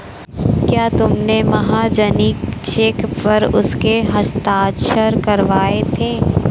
क्या तुमने महाजनी चेक पर उसके हस्ताक्षर करवाए थे?